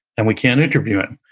and we can't interview him.